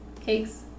cakes